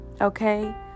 Okay